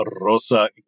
Rosa